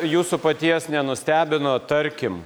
jūsų paties nenustebino tarkim